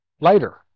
later